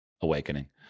awakening